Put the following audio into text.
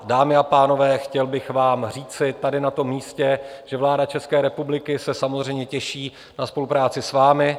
Dámy a pánové, chtěl bych vám říci tady na tom místě, že vláda České republiky se samozřejmě těší na spolupráci s vámi.